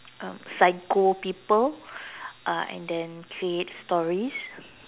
um psycho people uh and then create stories